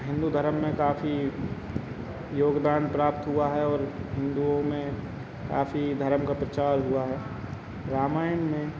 हिन्दू धर्म में काफ़ी योगदान प्राप्त हुआ है और हिन्दुओं में काफ़ी धर्म का प्रचार हुआ है रामायन में